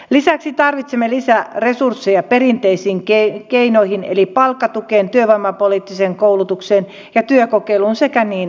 lisäksi tarvitsemme lisäresursseja perinteisiin keinoihin eli palkkatukeen työvoimapoliittiseen koulutukseen ja työkokeiluun sekä niin edelleen